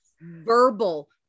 verbal